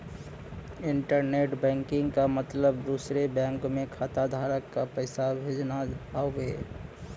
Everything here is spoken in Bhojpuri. इण्टरनेट बैकिंग क मतलब दूसरे बैंक में खाताधारक क पैसा भेजना हउवे